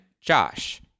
Josh